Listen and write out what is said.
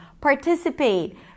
participate